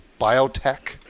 biotech